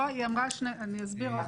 לא, היא אמרה, אני אסביר.